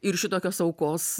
ir šitokios aukos